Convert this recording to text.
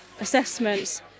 assessments